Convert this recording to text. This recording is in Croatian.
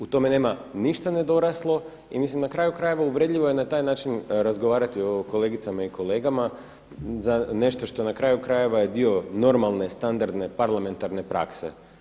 U tome nema ništa nedoraslo i mislim na kraju-krajeva uvredljivo je na taj način razgovarati o kolegicama i kolegama za nešto što na kraju-krajeva je dio normalne standardne parlamentarne prakse.